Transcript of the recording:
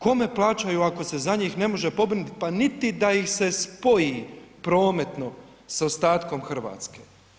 Kome plaćaju ako se za njih ne može pobrinuti pa niti da ih se spoji prometno sa ostatkom Hrvatske?